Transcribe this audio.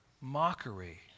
mockery